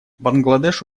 бангладеш